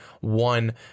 one